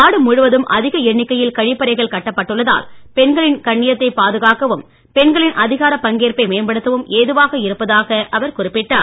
நாடு முழுவதும் அதிக எண்ணிக்கையில் கழிப்பறைகள் கட்டப்பட்டுள்ளதால் பெண்களின் கண்ணியத்தை பாதுகாக்கவும் பெண்களின் அதிகாரப் பங்கேற்பை மேம்படுத்தவும் ஏதுவாக இருப்பதாக அவர் குறிப்பிட்டார்